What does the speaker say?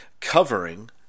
covering